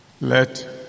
Let